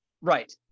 Right